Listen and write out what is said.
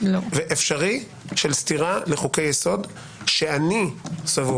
זאת פעם ראשונה שאני נתקל